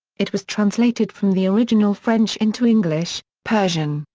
it was translated from the original french into english, persian,